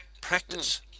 practice